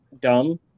dumb